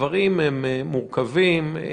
הדברים מורכבים.